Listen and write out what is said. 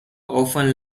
often